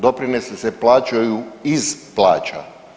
Doprinosi se plaćaju iz plaća.